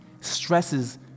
stresses